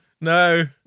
No